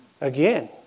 Again